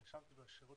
נרשמתי בשירות